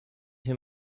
him